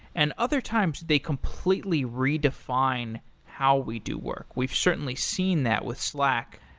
and other times, they completely redefine how we do work. we've certainly seen that with slack.